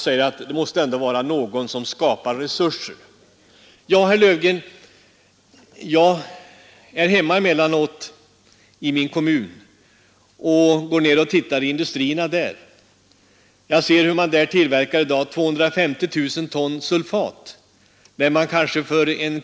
Vi befinner oss i vårsessionens slutskede, och riksdagen har haft mycket att arbeta med. En rad viktiga frågor har pockat på intresse, vilket är ett dilemma för oss.